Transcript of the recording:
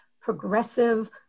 progressive